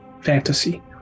fantasy